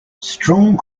strong